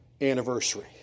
anniversary